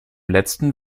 letzten